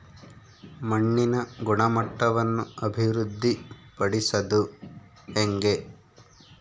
ಮಣ್ಣಿನ ಗುಣಮಟ್ಟವನ್ನು ಅಭಿವೃದ್ಧಿ ಪಡಿಸದು ಹೆಂಗೆ?